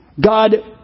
God